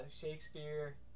Shakespeare